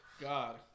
God